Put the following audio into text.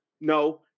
no